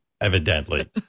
evidently